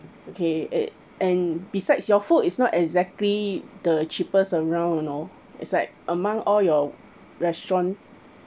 okay and and besides your food is not exactly the cheapest around you know it's like among all your restaurant